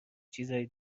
چیزای